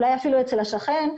אולי אפילו אצל השכן,